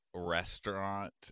Restaurant